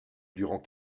durant